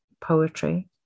poetry